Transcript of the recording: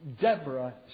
Deborah